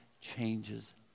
changes